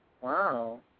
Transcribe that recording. Wow